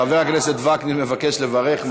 חבר הכנסת וקנין מבקש לברך.